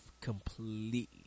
completely